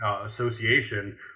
Association